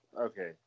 okay